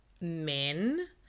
men